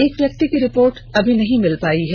एक व्यक्ति की रिपोर्ट अब तक नहीं मिल पायी है